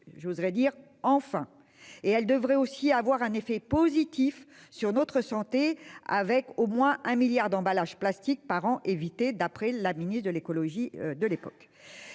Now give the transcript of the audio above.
arriver. Enfin ! Cela devrait avoir un effet positif sur notre santé, avec au moins un milliard d'emballages plastiques par an évités, d'après la ministre chargée de l'écologie de l'époque.